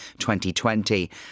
2020